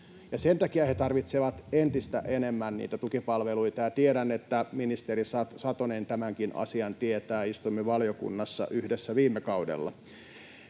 Sen takia he tarvitsevat entistä enemmän niitä tukipalveluita, ja tiedän, että ministeri Satonen tämänkin asian tietää. Istuimme valiokunnassa yhdessä viime kaudella.